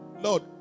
Lord